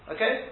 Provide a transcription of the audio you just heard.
Okay